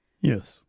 Yes